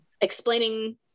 explaining